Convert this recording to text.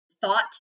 thought